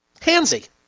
Handsy